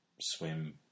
swim